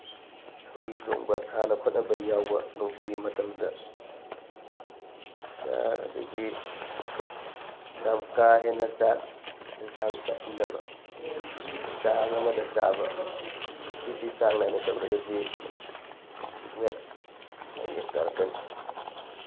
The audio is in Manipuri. ꯊꯧꯔꯤ ꯆꯣꯡꯕ ꯁꯥꯟꯅ ꯈꯣꯠꯅꯕ ꯌꯥꯎꯕ ꯅꯨꯡꯊꯤꯜꯒꯤ ꯃꯇꯝꯗ ꯑꯗꯒꯤ ꯌꯥꯝ ꯀꯥ ꯍꯦꯟꯅ ꯆꯥꯛ ꯑꯦꯟꯁꯥꯡ ꯆꯥꯁꯤꯟꯗꯕ ꯆꯥꯡ ꯑꯃꯗ ꯆꯥꯕ ꯁꯤꯁꯤ ꯆꯥꯡ ꯅꯥꯏꯅ ꯇꯧꯔꯒꯗꯤ ꯋꯦꯠ ꯃꯌꯦꯡ ꯇꯥꯔꯛꯀꯅꯤ